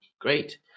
Great